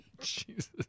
Jesus